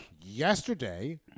yesterday